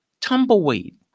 Tumbleweed